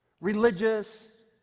religious